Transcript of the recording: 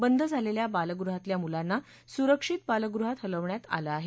बंद झालेल्या बालगृहातल्या मुलांना सुरक्षित बालगृहात हलवण्यात आलं आहे